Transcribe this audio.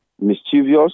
mischievous